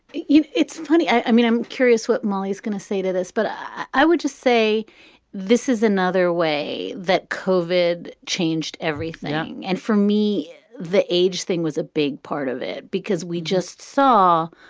you know, it's funny. i mean, i'm curious what molly is going to say to this, but i i would just say this is another way that covered changed everything. and for me, the age thing was a big part of it, because we just saw,